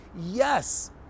Yes